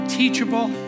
teachable